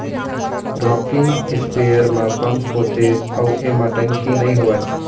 rocking sprayer म pump होथे अउ एमा टंकी नइ होवय